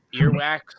Earwax